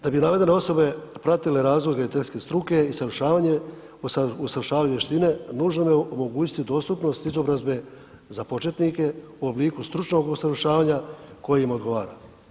Da bi navedene osobe pratile razvoj graditeljske struke i usavršavanje, usavršavanje vještine, nužno je omogućiti dostupnost izobrazbe za početnike u obliku stručnog usavršavanja koje im odgovara.